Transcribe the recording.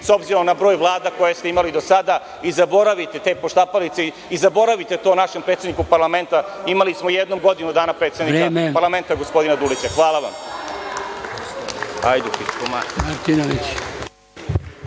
…s obzirom na broj vlada koje ste imali do sada i zaboravite te poštapalice. Zaboravite to našem predsedniku parlamenta. Imali smo jednom godinu dana predsednika parlamenta, gospodina Dulića. Hvala.